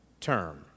term